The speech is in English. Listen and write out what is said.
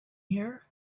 here